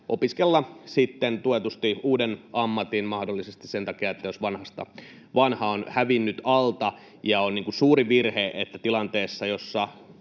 opiskella tuetusti mahdollisesti uuden ammatin, jos vanha on hävinnyt alta. On suuri virhe, että nyt tilanteessa, jossa